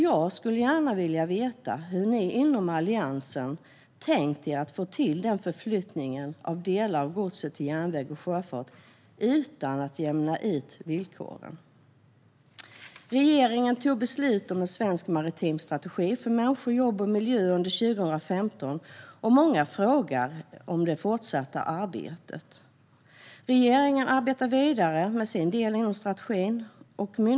Jag skulle gärna vilja veta hur ni inom Alliansen har tänkt er att få till en sådan förflyttning av delar av godset till järnväg och sjöfart utan att jämna ut villkoren. Regeringen fattade beslut om En svensk maritim strategi - för människor, jobb och miljö under 2015, och många frågar om det fortsatta arbetet. Regeringen arbetar vidare med sin del inom strategin.